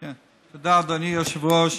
תודה, אדוני היושב-ראש.